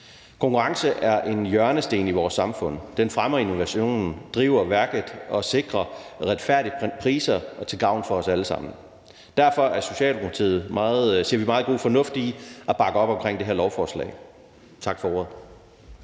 Konkurrence er en hjørnesten i vores samfund. Det fremmer innovationen, driver værket og sikrer retfærdige priser til gavn for os alle sammen. Derfor ser vi i Socialdemokratiet meget god fornuft i at bakke op om det her lovforslag. Tak for ordet.